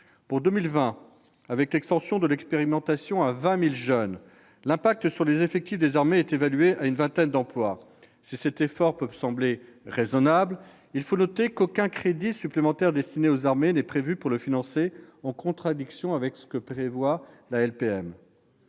Pour 2020, avec l'extension de l'expérimentation à 20 000 jeunes, l'impact sur les effectifs des armées est évalué à une vingtaine d'emplois. Si cet effort peut sembler raisonnable, il faut noter qu'aucun crédit supplémentaire n'est envisagé pour le financer, en contradiction avec ce que prévoit la loi